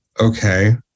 Okay